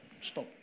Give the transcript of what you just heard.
Stop